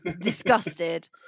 disgusted